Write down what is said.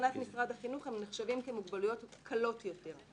שמבחינת משרד החינוך הם נחשבים כבעלי מוגבלויות קלות יותר.